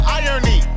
irony